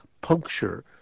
puncture